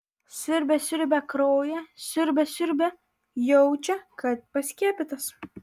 siurbia siurbia kraują siurbia siurbia jaučia kad paskiepytas